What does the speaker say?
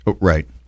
right